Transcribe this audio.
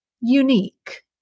Unique